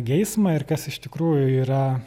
geismą ir kas iš tikrųjų yra